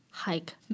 hike